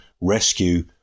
rescue